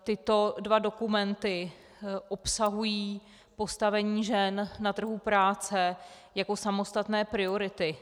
Tyto dva dokumenty obsahují postavení žen na trhu práce jako samostatné priority.